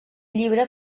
llibre